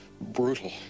brutal